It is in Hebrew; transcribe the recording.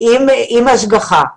עם השגחה.